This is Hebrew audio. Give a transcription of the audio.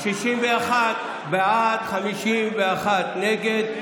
אז 61 בעד, 51 נגד.